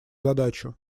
задачу